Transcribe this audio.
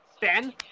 Ben